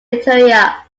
interior